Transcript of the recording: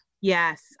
Yes